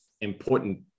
important